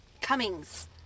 Cummings